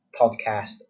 podcast